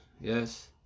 yes